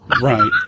Right